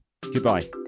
Goodbye